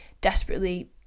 desperately